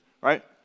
right